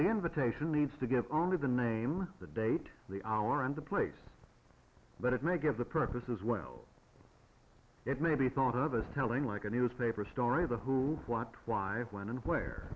the invitation needs to give only the name the date the hour and the place but it may give the purpose as well it may be thought of as telling like a newspaper story of the who what why when and where